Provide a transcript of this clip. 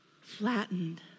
flattened